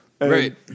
Right